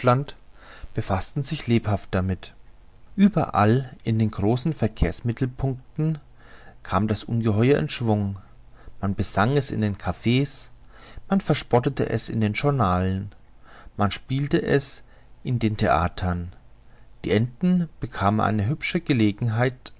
befaßten sich lebhaft damit ueberall in den großen verkehrsmittelpunkten kam das ungeheuer in schwung man besang es in den kaffees man verspottete es in den journalen man spielte es in den theatern die enten bekamen eine hübsche gelegenheit